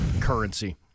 currency